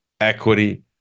equity